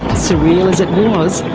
surreal as it was,